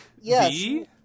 Yes